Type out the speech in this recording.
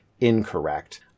incorrect